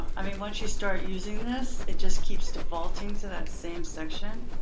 i mean, once you start using this, it just keeps defaulting to that same section.